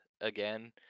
again